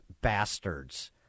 bastards